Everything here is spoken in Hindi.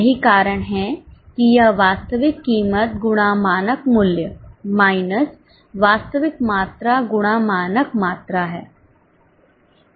यही कारण है कि यह वास्तविक कीमत गुणा मानक मूल्य माइनस वास्तविक मात्रा गुणा मानक मात्रा है